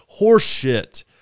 horseshit